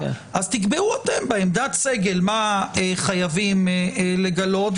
אז תקבעו אתם בעמדת סגל מה חייבים לגלות,